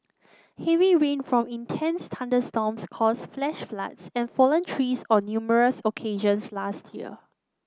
heavy rain from intense thunderstorms caused flash floods and fallen trees on numerous occasions last year